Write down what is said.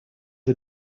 are